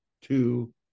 two